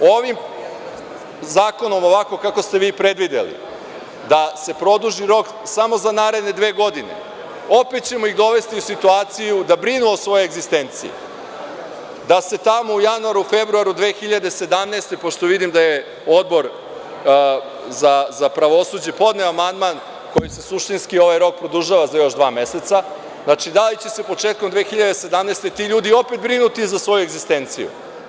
Ovim zakonom, ovako kako ste vi predvideli da se produži rok samo za naredne dve godine, opet ćemo ih dovesti u situaciju da brinu o svojoj egzistenciji, da se tamo u januaru, februaru 2017. godine, pošto vidim da je Odbor za pravosuđe podneo amandman kojim se suštinski ovaj rok produžava za još dva meseca, znači, da li će se početkom 2017. godine ti ljudi opet brinuti za svoju egzistenciju?